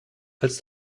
als